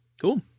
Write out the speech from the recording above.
Cool